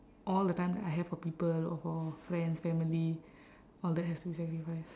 all the time that I have for people or for friends family all that has to be sacrificed